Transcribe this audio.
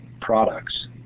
products